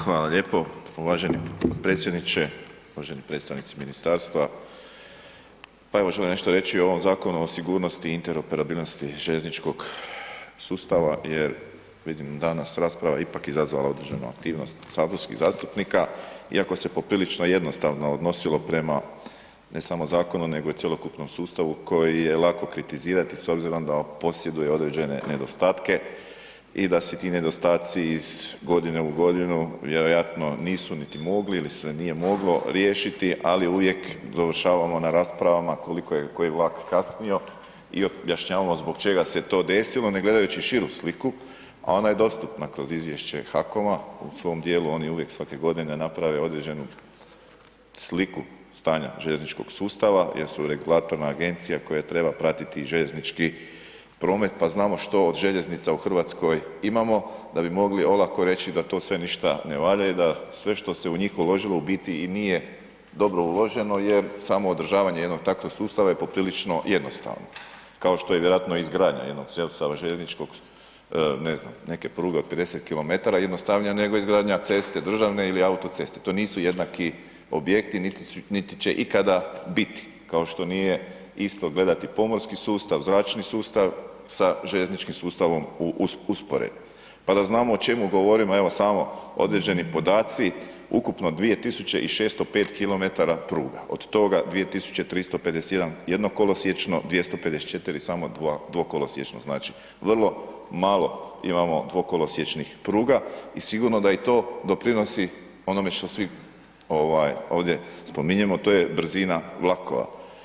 Hvala lijepo uvaženi potpredsjedniče, uvaženi predstavnici ministarstva, pa evo želim nešto reći o ovom Zakonu o sigurnosti i interoperabilnosti željezničkog sustava jer vidim danas rasprava je ipak izazvala određenu aktivnost saborskih zastupnika iako se poprilično jednostavno odnosilo prema ne samo zakonu nego i cjelokupnom sustavu koji je lako kritizirati s obzirom da posjeduje određene nedostatke i da se ti nedostaci iz godine u godinu vjerojatno nisu niti mogli ili se nije moglo riješiti, ali uvijek završavamo na raspravama koliko je koji vlak kasnio i objašnjavamo zbog čega se to desilo ne gledajući širu sliku, a ona je dostatna kroz izvješće HAKOM-a u svom dijelu oni uvijek svake godine naprave određenu sliku stanja željezničkog sustava jer su regulatorna agencija koja treba pratiti i željeznički promet, pa znamo što od željeznica u RH imamo da bi mogli olako reći da to sve ništa ne valja i da sve što se u njih uložilo u biti i nije dobro uloženo jer samo održavanje jednog takvog sustava je poprilično jednostavno, kao što je vjerojatno i izgradnja jednog sustava željezničkog, ne znam neke pruge od 50 km jednostavnija nego izgradnja ceste državne ili autoceste, to nisu jednaki objekti, niti će ikada biti, kao što nije isto gledati pomorski sustav, zračni sustav sa željezničkim sustavom u usporedbi, pa da znamo o čemu govorimo, evo samo određeni podaci ukupno 2605 km pruga, od toga 2351 jednokolosječno, 254 samo dva, dvokolsječno, znači vrlo malo imamo dvokolosječnih pruga i sigurno da i to doprinosi onome što svi ovaj ovdje spominjemo, to je brzina vlakova.